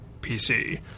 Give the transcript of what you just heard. PC